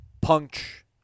punch